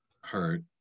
hurt